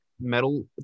metal